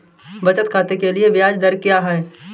बचत खाते के लिए ब्याज दर क्या है?